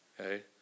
Okay